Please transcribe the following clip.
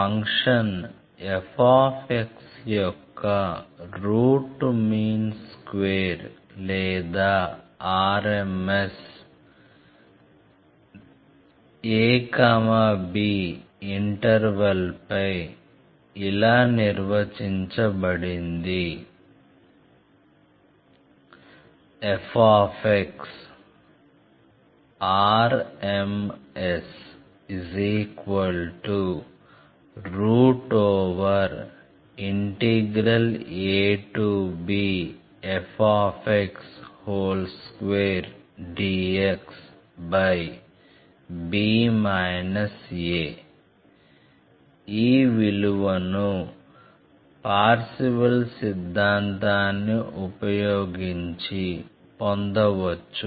function f యొక్క root mean square లేదా rms a b interval పై ఇలా నిర్వచించబడింది frmsabf2dxb a ఈ విలువను పార్శివల్ సిద్ధాంతాన్ని ఉపయోగించి పొందవచ్చు